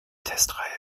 testreihe